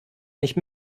nicht